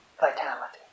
vitality